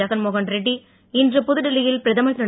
ஜெகன்மோகன் ரெட்டி இன்று புதுடில்லியில் பிரதமர் திரு